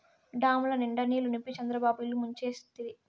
డాముల నిండా నీళ్ళు నింపి చంద్రబాబు ఇల్లు ముంచేస్తిరి